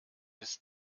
bis